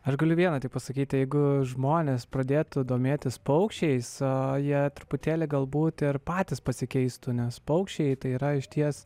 ar galiu vieną tik pasakyti jeigu žmonės pradėtų domėtis paukščiais jie truputėlį galbūt ir patys pasikeistų nes paukščiai tai yra išties